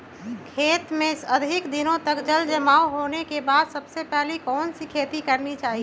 खेत में अधिक दिनों तक जल जमाओ होने के बाद सबसे पहली कौन सी खेती करनी चाहिए?